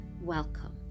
welcome